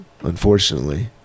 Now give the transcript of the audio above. unfortunately